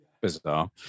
Bizarre